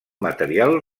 material